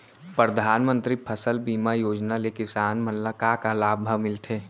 परधानमंतरी फसल बीमा योजना ले किसान मन ला का का लाभ ह मिलथे?